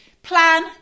plan